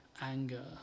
anger